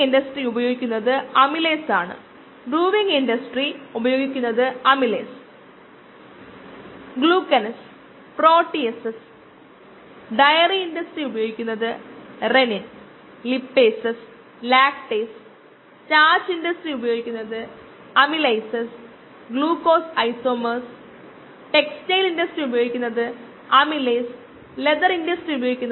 I ഉം Km ഉം തമ്മിൽ പ്ലോട്ട് ചെയ്യുകയാണെങ്കിൽ നമുക്ക് സ്ലോപ്പ് Km KI ആയി ലഭിക്കും അതിനാൽ നമുക്ക് KI കണ്ടെത്താനാകും